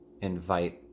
invite